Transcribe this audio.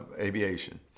aviation